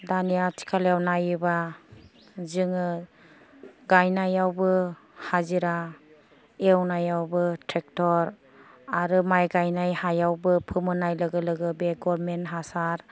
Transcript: दानि आथिखालाव नायोबा जोङो गायनायावबो हाजिरा एवनायावबो ट्रेकटर आरो माय गायनाय हायावबो बे फोमोननाय लागो लोगो बे गरमेन्ट हासार